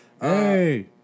Hey